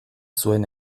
zuen